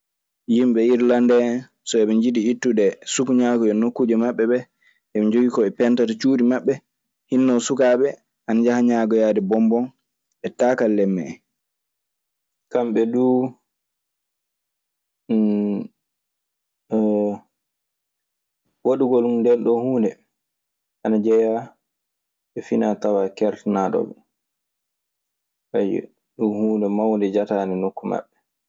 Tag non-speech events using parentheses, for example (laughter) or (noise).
Yimɓe Irlande hen so heɓejiɗi itude suguŋagu e nokuje maɓeeɓe, heɓe jogi ko ɓe pentata cuɗimaɓe, yinnon sukkaɓe ana jaha ŋagoyade bombon e takalem mehen. Kamɓe duu (hesitation) waɗugol mun ndeenɗon huunde ana jeyaa e finaatawaa keertanaaɗo ɓe. Ayyo, ɗun huunde mawnde jataande nokku maɓɓe.